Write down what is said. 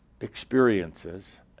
experiences